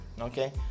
Okay